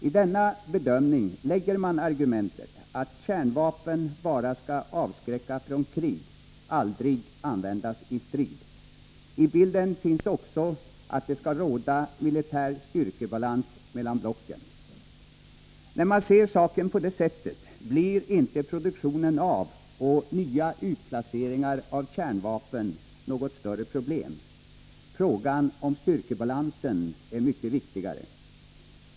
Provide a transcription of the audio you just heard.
I denna bedömning lägger man argumentet att kärnvapen bara skall avskräcka från krig, aldrig användas i strid. I bilden finns också att det skall råda militär styrkebalans mellan blocken. När man ser saken på det sättet blir inte produktionen och nya utplaceringar av kärnvapen något större problem; frågan om styrkebalansen är mycket viktigare.